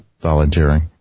volunteering